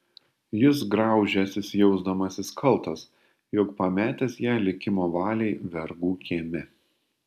jis graužęsis jausdamasis kaltas jog pametęs ją likimo valiai vergų kieme